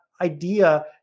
idea